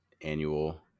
annual